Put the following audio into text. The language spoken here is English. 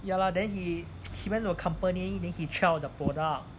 ya lah then he he went to the company then he tried all the product